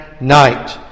night